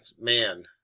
man